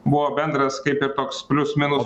buvo bendras kaip ir toks plius minus